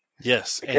Yes